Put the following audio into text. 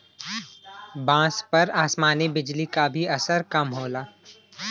बांस पर आसमानी बिजली क भी असर कम होला